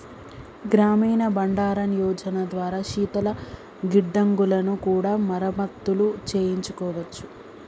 గ్రామీణ బండారన్ యోజన ద్వారా శీతల గిడ్డంగులను కూడా మరమత్తులు చేయించుకోవచ్చు